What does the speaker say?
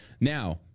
Now